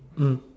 mm